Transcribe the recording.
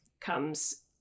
comes